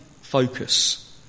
focus